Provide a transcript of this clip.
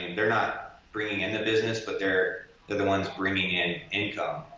they're not bringing in the business but they're the the ones bringing in income.